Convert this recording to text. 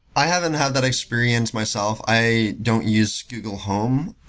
i haven't had that experience myself. i don't use google home.